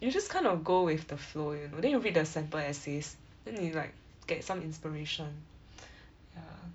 you will just kind of go with the flow you know then you read the sample essays then you like get some inspiration ya